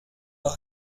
bar